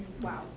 Wow